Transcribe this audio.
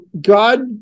God